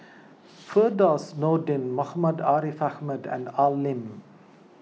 Firdaus Nordin Muhammad Ariff Ahmad and Al Lim